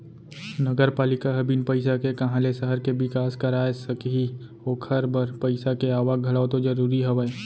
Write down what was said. नगरपालिका ह बिन पइसा के काँहा ले सहर के बिकास कराय सकही ओखर बर पइसा के आवक घलौ तो जरूरी हवय